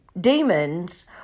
demons